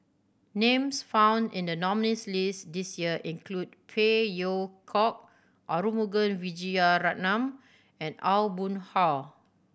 names found in the nominees' list this year include Phey Yew Kok Arumugam Vijiaratnam and Aw Boon Haw